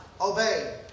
obey